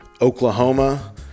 Oklahoma